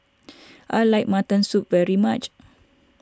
I like Mutton Soup very much